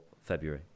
February